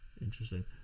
interesting